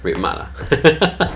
redmart ah